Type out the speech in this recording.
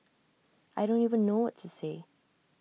I don't even know what to say